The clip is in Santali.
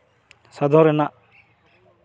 ᱥᱟᱫᱷᱚᱱ ᱨᱮᱱᱟᱜ